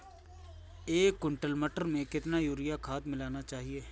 एक कुंटल मटर में कितना यूरिया खाद मिलाना चाहिए?